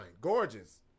gorgeous